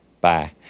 Bye